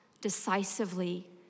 Decisively